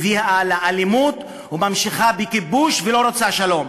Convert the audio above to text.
הביאה לאלימות וממשיכה בכיבוש ולא רוצה שלום.